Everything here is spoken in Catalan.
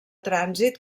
trànsit